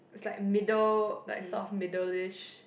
is like middle like sort of middlish